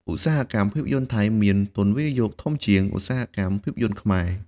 ឧស្សាហកម្មភាពយន្តថៃមាន ទុនវិនិយោគធំជាង ឧស្សាហកម្មភាពយន្តខ្មែរ។